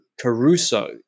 Caruso